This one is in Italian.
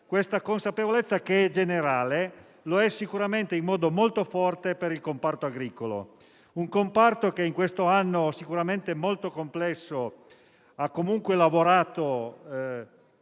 Tale consapevolezza è generale e lo è sicuramente in modo molto forte per quanto riguarda il comparto agricolo; un comparto che, in questo anno sicuramente molto complesso, ha comunque lavorato,